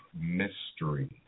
mystery